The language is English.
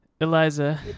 Eliza